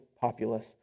populace